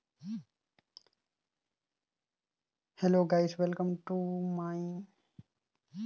net banking मे जेन सुबिधा रहथे ओकर छोयड़ ऐम्हें आनलाइन सापिंग के घलो सुविधा देहे रहथें